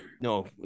no